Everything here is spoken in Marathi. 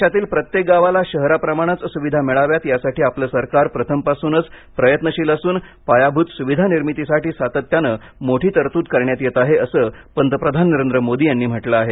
देशातील प्रत्येक गावाला शहराप्रमाणेच सुविधा मिळाव्यात यासाठी आपलं सरकार प्रथमपासूनच प्रयत्नशील असून पायाभूत सुविधा निर्मितीसाठी सातत्यानं मोठी तरतूद करण्यात येत आहे असं पंतप्रधान नरेंद्र मोदी यांनी म्हटलं आहे